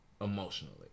emotionally